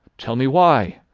tell me why?